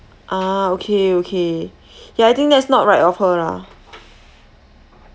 ah okay okay ya I think that's not right of her lah